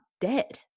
dead